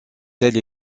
telle